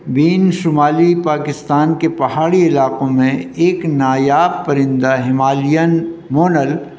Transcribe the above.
بین شمالی پاکستان کے پہاڑی علاقوں میں ایک نایاب پرندہ ہمالین مونل